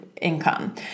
income